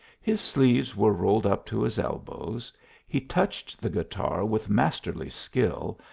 his sleeves were rolled up to his elbows he touched the guitar with masterly skill,